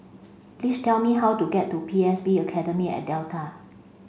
please tell me how to get to P S B Academy at Delta